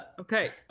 okay